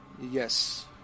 Yes